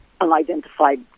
unidentified